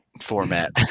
format